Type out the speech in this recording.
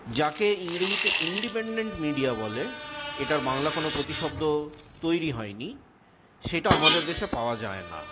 যাকে ইংরেজিতে independent media বলে এটার বাংলা কোনো প্রতিশব্দ তৈরি হয়নি সেটা আমাদের দেশে পাওয়া যায় না